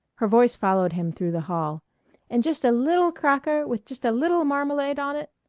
her voice followed him through the hall and just a little cracker with just a little marmalade on it.